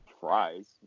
fries